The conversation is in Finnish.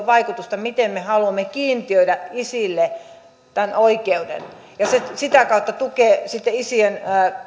vaikutusta miten me haluamme kiintiöidä isille tämän oikeuden ja se sitä kautta tukee sitten isien